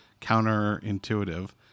counterintuitive